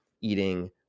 eating